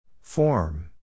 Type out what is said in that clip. Form